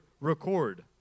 record